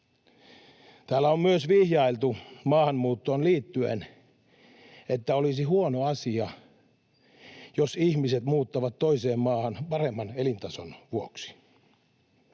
Täällä on myös vihjailtu maahanmuuttoon liittyen, että olisi huono asia, jos ihmiset muuttavat toiseen maahan paremman elintason vuoksi.